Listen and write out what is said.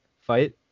fight